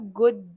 good